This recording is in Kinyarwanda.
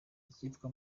icyitwa